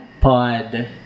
Pod